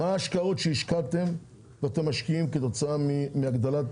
מה ההשקעות שהשקעתם ואתם משקיעים כתוצאה מהגדלת